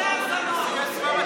איזה הגזמות.